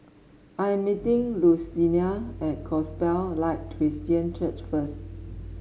I am meeting Luciana at Gospel Light Christian Church first